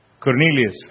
Cornelius